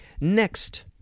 Next